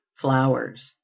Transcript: flowers